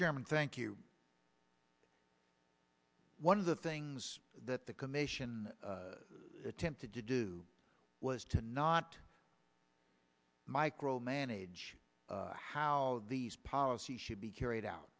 chairman thank you one of the things that the commission attempted to do was to not micromanage how these policies should be carried out